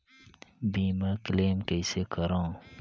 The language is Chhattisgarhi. बीमा क्लेम कइसे करों?